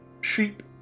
sheep